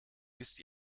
wisst